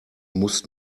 musst